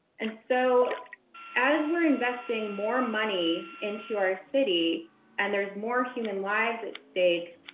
and so as we're investing more money into our city and there's more human lives at stake,